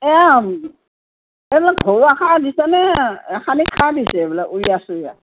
এই এইবিলাক ঘৰুৱা সাৰ দিছেনে ৰাসায়নিক সাৰ দিছে এইবিলাক ইউৰিয়া চুৰিয়া